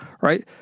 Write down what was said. right